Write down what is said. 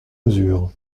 mesure